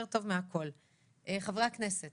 חבר הכנסת